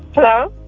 hello,